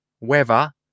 weather